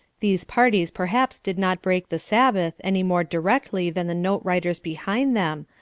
these parties perhaps did not break the sabbath any more directly than the note-writers behind them,